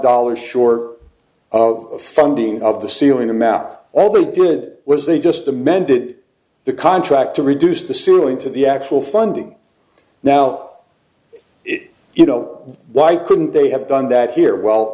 dollars short of funding of the sealing them out all the did was they just amended the contract to reduce the ceiling to the actual funding now if you know why couldn't they have done that here well